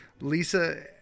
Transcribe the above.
Lisa